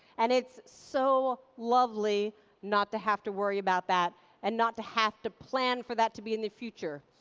and it's so lovely not to have to worry about that and not to have to plan for that to be in the future.